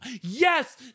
Yes